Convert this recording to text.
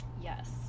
Yes